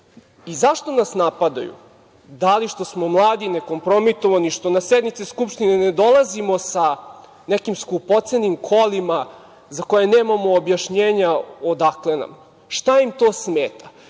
nas napadaju? Da li što smo mladi, ne kompromitovani, što na sednici Skupštine ne dolazimo sa nekim skupocenim kolima za koje nemamo objašnjenja odakle nam? Šta im to smeta?